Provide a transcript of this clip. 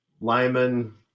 Lyman